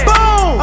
Boom